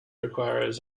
requires